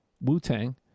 Wu-Tang